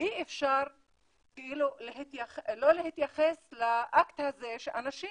אי אפשר לא להתייחס לאקט הזה שאנשים